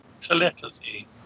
telepathy